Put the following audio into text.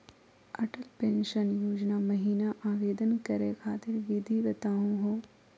Atal pension योजना महिना आवेदन करै खातिर विधि बताहु हो?